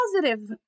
positive